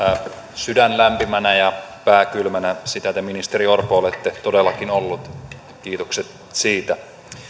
sydän lämpimänä ja pää kylmänä sitä te ministeri orpo olette todellakin ollut kiitokset siitä